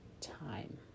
time